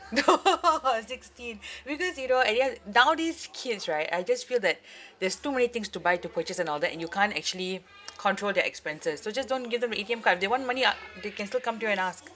no sixteen because you know at young nowadays kids right I just feel that there's too many things to buy to purchase and all that and you can't actually control their expenses so just don't give them the A_T_M card if they want money uh they can still come to you and ask